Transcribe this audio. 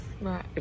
Right